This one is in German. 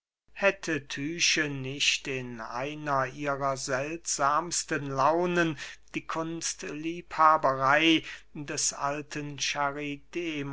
hätte tyche nicht in einer ihrer seltsamsten launen die kunstliebhaberey des alten